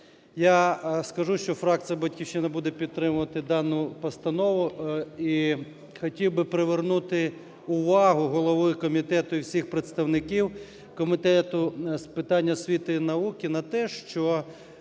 Я скажу, що фракція "Батьківщина" буде підтримувати дану постанову. І хотів би привернути увагу голови комітету і всіх представників Комітету з питань освіти і науки на те, що